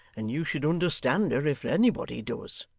and you should understand her if anybody does